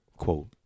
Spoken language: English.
Quote